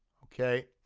okay,